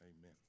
amen